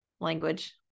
Language